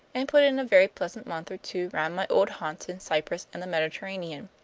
and put in a very pleasant month or two round my old haunts in cyprus and the mediterranean.